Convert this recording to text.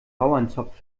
bauernzopf